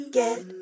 get